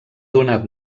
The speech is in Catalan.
donat